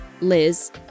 Liz